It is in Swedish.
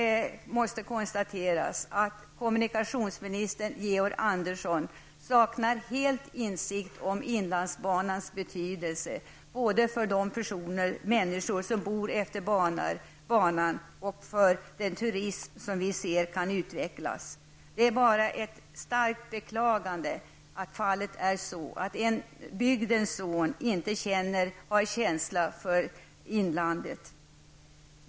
Tyvärr måste jag konstatera att kommunikationsminister Georg Andersson helt saknar insikt i fråga om inlandsbanans betydelse både för de människor som bor utefter banan och för den turism som vi ser kan utvecklas. Det är bara att djupt beklaga att denne bygdens son inte har någon känsla för inlandet.